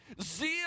zeal